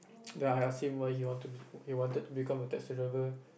ya ya seem what he wanted he wanted to become a taxi driver